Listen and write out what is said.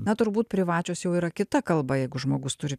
na turbūt privačios jau yra kita kalba jeigu žmogus turi